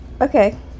Okay